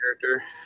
character